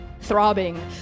throbbing